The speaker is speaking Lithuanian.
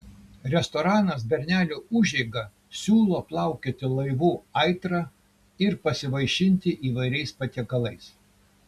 restoranas bernelių užeiga siūlo plaukioti laivu aitra ir pasivaišinti įvairiais patiekalais